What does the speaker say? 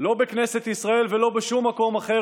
לא בכנסת ישראל ולא בשום מקום אחר,